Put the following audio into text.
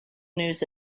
news